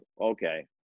okay